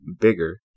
bigger